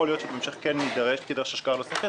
יכול להיות שבהמשך כן תידרש השקעה נוספת